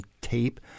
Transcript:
tape